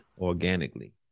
organically